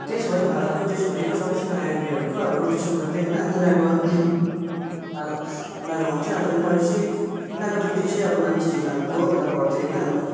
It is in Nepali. देशभरि भारतको देशभरिको सबैजना आइआरबीहरूको अब रोटेसन गर्दै होइन उनीहरूको पालो उनीहरू आउँथ्यो अन्त उनीहरू चाहिँ उनीहरूको ड्युटी चाहिँ अब नाम्ची जिल्लामा कोही कोही बेला पर्थ्यो होइन अन्त